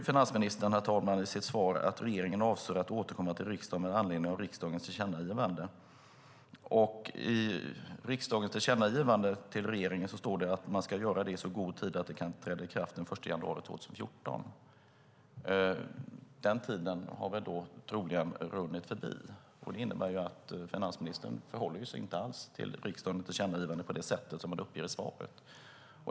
Finansministern säger i sitt svar att regeringen avser att återkomma till riksdagen med anledning av riksdagens tillkännagivande. I riksdagens tillkännagivande står det att man ska återkomma till riksdagen i så god tid att förslagen kan träda i kraft den 1 januari 2014. Den tiden har troligen runnit förbi. Det innebär att finansministern inte alls förhåller sig till riksdagens tillkännagivande på det sätt som han uppger i svaret.